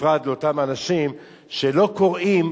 בפרט לאותם אנשים שלא קוראים,